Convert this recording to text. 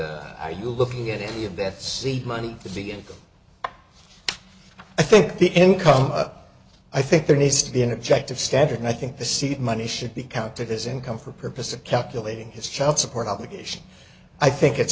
and are you looking at any of that seed money to be able i think the income up i think there needs to be an objective standard and i think the seed money should be counted as income for purposes of calculating his child support obligation i think it's